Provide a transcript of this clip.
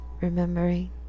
remembering